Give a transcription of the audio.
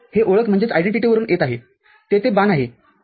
हे ओळख वरून येत आहे तेथे बाण आहे